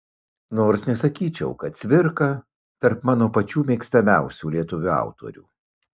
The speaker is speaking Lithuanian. nors nesakyčiau kad cvirka tarp mano pačių mėgstamiausių lietuvių autorių